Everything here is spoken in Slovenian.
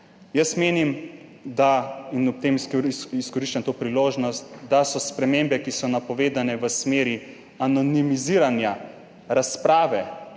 Jaz menim, in ob tem izkoriščam to priložnost, da so spremembe, ki so napovedane v smeri anonimiziranja razprave